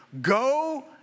Go